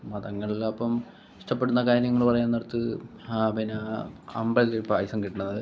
മതങ്ങളിൽ അപ്പം ഇഷ്ടപ്പെടുന്ന കാര്യങ്ങൾ പറയുന്നിടത്ത് പിന്നെ അമ്പലത്തിൽ പായസം കിട്ടുന്നത്